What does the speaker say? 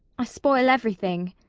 i spoil everything.